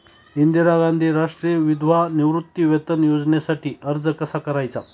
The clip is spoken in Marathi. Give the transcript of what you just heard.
इंदिरा गांधी राष्ट्रीय विधवा निवृत्तीवेतन योजनेसाठी अर्ज कसा करायचा?